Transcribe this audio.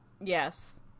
Yes